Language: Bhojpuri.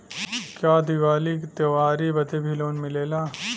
का दिवाली का त्योहारी बदे भी लोन मिलेला?